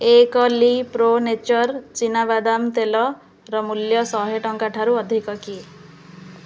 ଏକ ଲି pro nature ଚୀନାବାଦାମ ତେଲର ମୂଲ୍ୟ ଶହେ ଟଙ୍କା ଠାରୁ ଅଧିକ କି